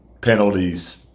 penalties